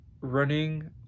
running